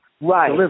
Right